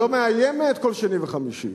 שלא מאיימת כל שני וחמישי.